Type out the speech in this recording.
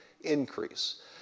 increase